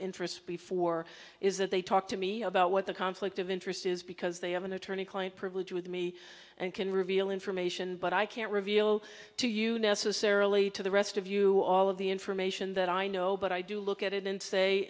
interest before is that they talk to me about what the conflict of interest is because they have an attorney client privilege with me and can reveal information but i can't reveal to you necessarily to the rest of you all of the information that i know but i do look at it and say